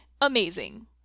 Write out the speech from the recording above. amazing